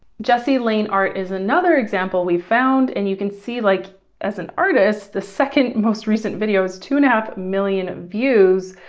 jesse lane art is another example we found and you can see like as an artist, the second most recent video has two and a half million views,